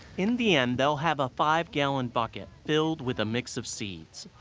in the end, they'll have a five gallon bucket filled with a mix of seeds,